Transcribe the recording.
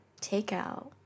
takeout